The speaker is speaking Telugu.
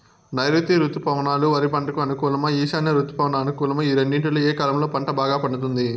నైరుతి రుతుపవనాలు వరి పంటకు అనుకూలమా ఈశాన్య రుతుపవన అనుకూలమా ఈ రెండింటిలో ఏ కాలంలో పంట బాగా పండుతుంది?